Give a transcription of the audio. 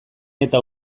eta